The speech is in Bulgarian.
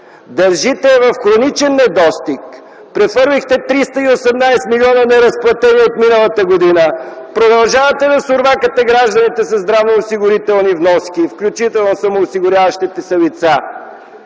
държите я в хроничен недостиг, прехвърлихте 318 милиона неразплатени от миналата година, продължавате да сурвакате гражданите със здравноосигурителни вноски, включително самоосигуряващите се лица,